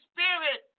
Spirit